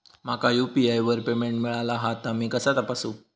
माका यू.पी.आय वर पेमेंट मिळाला हा ता मी कसा तपासू?